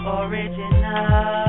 original